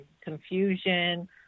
confusion